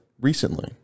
recently